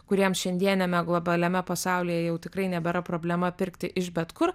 kuriems šiandieniame globaliame pasaulyje jau tikrai nebėra problema pirkti iš bet kur